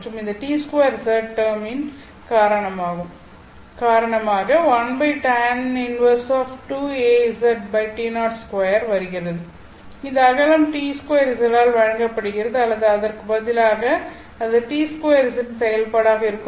மற்றும் இந்த T2 term இன் காரணமாக இந்த அகலம் T2 ஆல் வழங்கப்படுகிறது அல்லது அதற்கு பதிலாக இது T2 இன் செயல்பாடாக இருக்கும்